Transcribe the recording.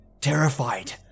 terrified